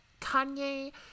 Kanye